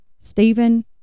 Stephen